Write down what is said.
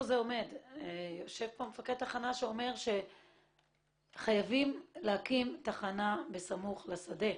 יושב פה מפקד תחנה שאומר שחייבים להקים תחנה בסמוך לשדה.